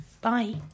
bye